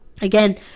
Again